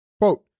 Quote